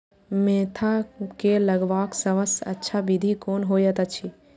Mentha के लगवाक सबसँ अच्छा विधि कोन होयत अछि?